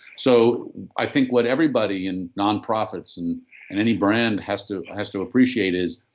so i think what everybody in non-profits and any brand has to has to appreciate is,